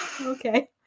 okay